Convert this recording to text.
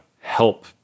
help